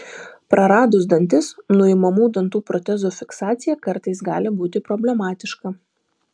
praradus dantis nuimamų dantų protezų fiksacija kartais gali būti problemiška